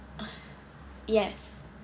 yes